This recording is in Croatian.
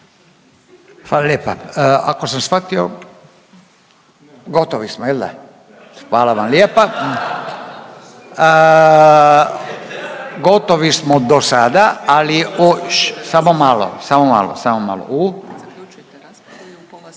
Hvala lijepa. Ako sam shvatio gotovi smo jel' da? Hvala vam lijepa. Gotovi smo do sada, ššššš, samo malo. Samo malo, samo malo.